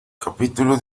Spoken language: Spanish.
capítulo